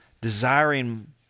desiring